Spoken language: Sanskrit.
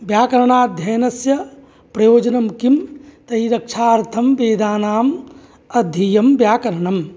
व्याकरणाध्ययनस्य प्रयोजनं किं तरि रक्षार्थं वेदानाम् अध्येयं व्याकरणं